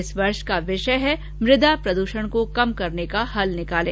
इस वर्ष का विषय है मृदा प्रदूषण को कम करने का हल निकालें